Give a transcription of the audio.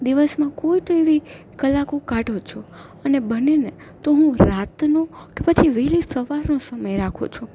દિવસમાં કોઈ તો એવી કલાકો કાઢું છું અને બનેને તો હું રાતનું કે પછી વેલી સવારનો સમય રાખું છું